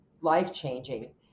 life-changing